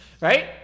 right